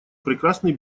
прекрасный